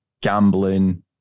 gambling